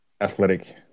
athletic